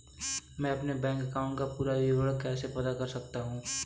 मैं अपने bank account का पूरा विवरण कैसे पता कर सकता हूँ?